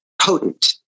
potent